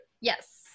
Yes